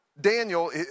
Daniel